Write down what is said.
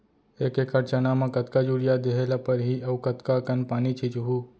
एक एकड़ चना म कतका यूरिया देहे ल परहि अऊ कतका कन पानी छींचहुं?